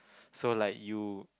so like you